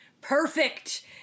Perfect